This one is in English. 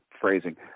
phrasing